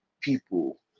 people